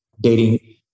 dating